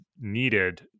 needed